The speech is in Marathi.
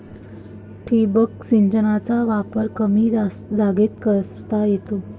ठिबक सिंचनाचा वापर कमी जागेत करता येतो